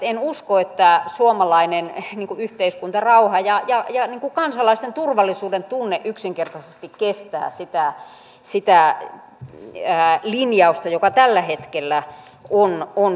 en usko että suomalainen yhteiskuntarauha ja kansalaisten turvallisuudentunne yksinkertaisesti kestävät sitä linjausta joka tällä hetkellä on voimassa